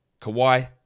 Kawhi